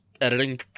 editing